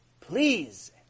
please